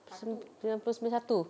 sembilan puluh sembilan satu